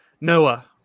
Noah